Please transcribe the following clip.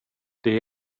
det